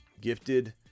gifted